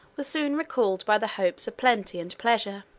were soon recalled by the hopes of plenty and pleasure